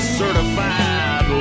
certified